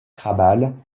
krabal